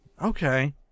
Okay